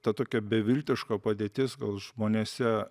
ta tokia beviltiška padėtis gal žmonėse